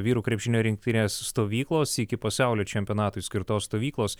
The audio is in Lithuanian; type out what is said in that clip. vyrų krepšinio rinktinės stovyklos iki pasaulio čempionatui skirtos stovyklos